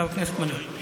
חבר הכנסת מלול.